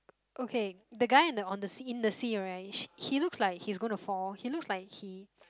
okay the guy in the on the sea in the sea right she he looks like he's gonna fall he looks like he